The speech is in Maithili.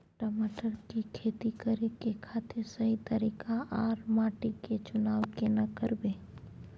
टमाटर की खेती करै के खातिर सही तरीका आर माटी के चुनाव केना करबै?